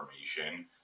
information